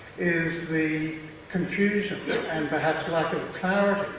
is the confusion and perhaps lack of clarity,